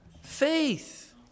Faith